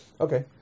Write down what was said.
Okay